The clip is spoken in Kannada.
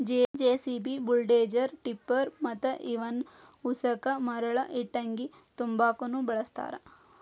ಜೆಸಿಬಿ, ಬುಲ್ಡೋಜರ, ಟಿಪ್ಪರ ಮತ್ತ ಇವನ್ ಉಸಕ ಮರಳ ಇಟ್ಟಂಗಿ ತುಂಬಾಕುನು ಬಳಸ್ತಾರ